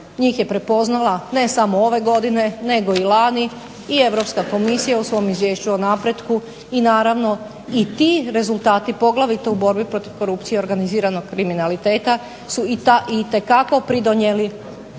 njih je prepoznala ne samo ove godine nego i lani, i Europska komisija u svom Izvješću o napretku i naravno i ti rezultati poglavito u borbi protiv korupcije i organiziranog kriminaliteta su itekako pridonijeli